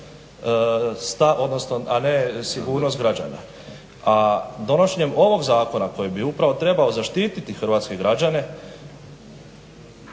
a ne sigurnost građana. A donošenjem ovog zakona koji bi upravo trebao zaštititi hrvatske građane